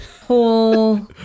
whole